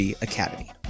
Academy